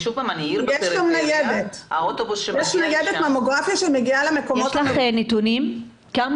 יש ניידת ממוגרפיה שמגיעה --- יש לך נתונים כמה